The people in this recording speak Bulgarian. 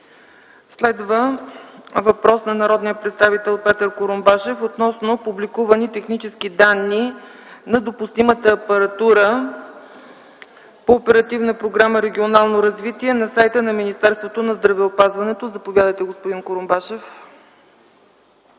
Следва въпрос на народния представител Петър Курумбашев относно публикувани технически данни на допустимата апаратура по Оперативна програма „Регионално развитие” на сайта на Министерството на здравеопазването. Заповядайте, господин Курумбашев.